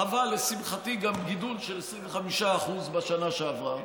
חבל, לשמחתי, גם גידול של 25% בשנה שעברה,